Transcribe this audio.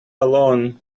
alone